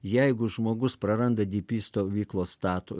jeigu žmogus praranda dypy stovyklos statu